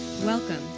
Welcome